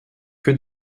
que